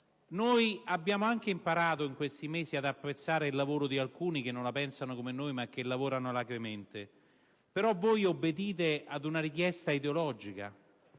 mesi abbiamo imparato ad apprezzare il lavoro di alcuni che non la pensano come noi, ma che lavorano alacremente. Però voi obbedite ad una richiesta ideologica: